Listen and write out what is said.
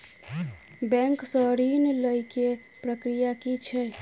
Bank सऽ ऋण लेय केँ प्रक्रिया की छीयै?